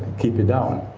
keep it down.